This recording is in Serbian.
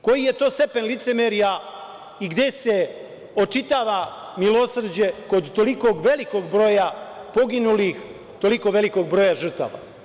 Koji je to stepen licemerja i gde se očitava milosrđe kod toliko velikog broja poginulih, toliko velikog broja žrtava?